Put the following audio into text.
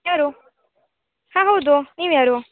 ಯಾರು ಹಾಂ ಹೌದು ನೀವು ಯಾರು